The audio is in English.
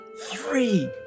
Three